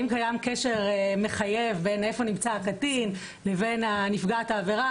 אם קיים קשר מחייב בין איפה נמצא הקטין לבין נפגעת העבירה,